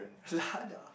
Lada